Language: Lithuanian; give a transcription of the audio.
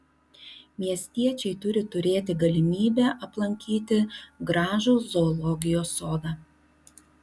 miestiečiai turi turėti galimybę aplankyti gražų zoologijos sodą